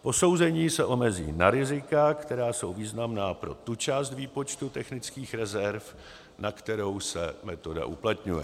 Posouzení se omezí na rizika, která jsou významná pro tu část výpočtu technických rezerv, na kterou se metoda uplatňuje.